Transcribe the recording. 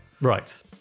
Right